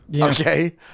Okay